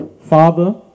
father